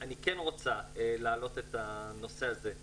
אני כן רוצה להעלות את הנושא הזה,